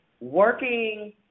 working